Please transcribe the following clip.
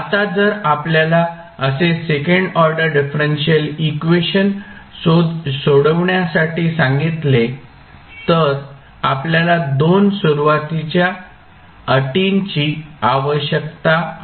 आता जर आपल्याला असे सेकंड ऑर्डर डिफरेंशियल इक्वेशन सोडविण्यास सांगितले तर आपल्याला 2 सुरुवातीच्या अटींची आवश्यकता आहे